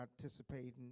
participating